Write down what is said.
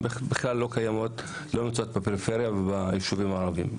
בכלל לא נמצאות בפריפריה וביישובים הערביים.